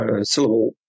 syllable